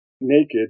naked